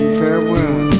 farewell